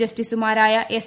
ജസ്റ്റിസുമാരായ എസ്